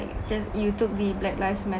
just you took the black lives matter